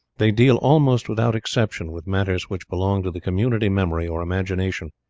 they deal almost without exception with matters which belong to the community memory or imagination